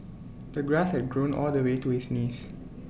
the grass had grown all the way to his knees